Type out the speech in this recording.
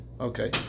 okay